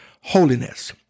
holiness